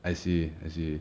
I see I see